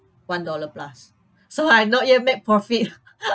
one dollar plus so I not yet make profit